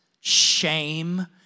shame